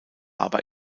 aber